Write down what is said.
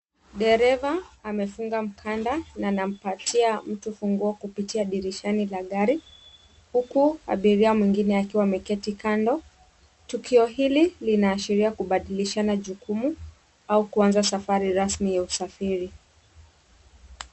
Dereva amefunga mkanda na anampitia mtu funguo kupitia dirishani la gari huku abiria mwingine akiwa ameketi kando. Tukio hili linaashiria kubadilishana jukumu au kuanza safari rasmi ya usafiri.